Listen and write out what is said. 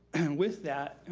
with that,